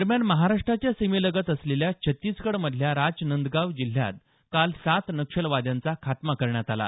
दरम्यान महाराष्ट्राच्या सीमेलगत असलेल्या छत्तीसगडमधल्या राजनंदगाव जिल्ह्यात काल सात नक्षलवाद्यांचा खात्मा करण्यात आला